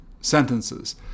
sentences